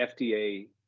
FDA